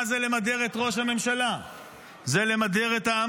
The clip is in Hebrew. מה זה למדר את ראש הממשלה?